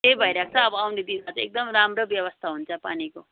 त्यही भएर चाहिँ अब आउने दिनमा एकदम राम्रो व्यवस्था हुन्छ पानीको